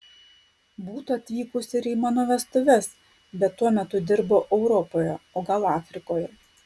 būtų atvykusi ir į mano vestuves bet tuo metu dirbo europoje o gal afrikoje